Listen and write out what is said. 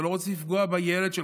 אתה לא רוצה לפגוע בילד שלך.